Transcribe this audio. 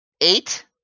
eight